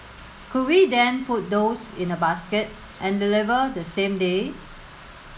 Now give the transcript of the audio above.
could we then put those in a basket and deliver the same day